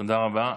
תודה רבה.